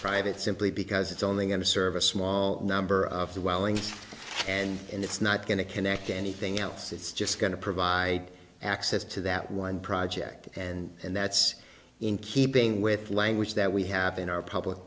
private simply because it's only going to serve a small number of the wellings and it's not going to connect anything else it's just going to provide access to that one project and that's in keeping with language that we have in our public